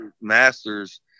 Masters